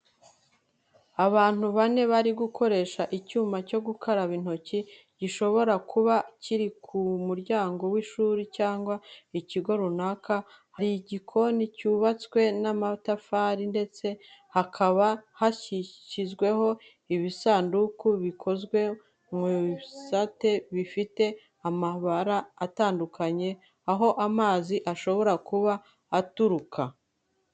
Abantu bane bari gukoresha icyuma cyo gukaraba intoki, gishobora kuba kiri ku muryango w’ishuri cyangwa ikigo runaka. Hari igikoni cyubatswe n’amatafari ndetse hakaba hashyizweho ibisanduku bikozwe mu bisate bifite amabara atandukanye, aho amazi ashobora kuba aturuka.